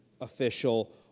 official